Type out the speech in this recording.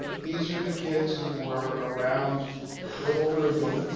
these are the kids who were around little ruben.